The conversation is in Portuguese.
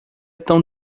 tão